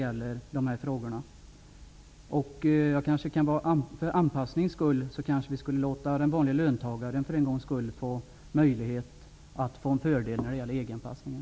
För anpassningens skull kanske vi skulle låta den vanlige löntagaren för en gångs skull få fördel av EG-anpassningen.